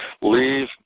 leave